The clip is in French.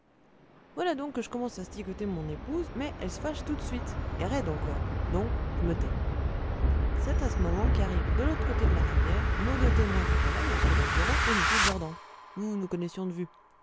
voilà donc que je commence à asticoter mon épouse mais elle se fâche tout de suite et raide encore donc je me tais c'est à ce moment qu'arrivent de l'autre côté de la rivière nos deux témoins que voilà m ladureau et m durdent nous nous connaissions de vue